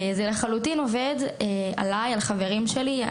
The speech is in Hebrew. זה לחלוטין עובד עלי ועל חברים שלי.